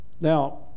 Now